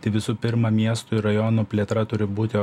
tai visų pirma miestų ir rajonų plėtra turi būti